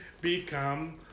become